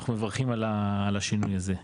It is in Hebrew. אנחנו מברכים על השינוי הזה.